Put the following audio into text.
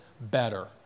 better